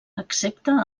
excepte